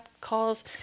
calls